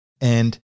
And-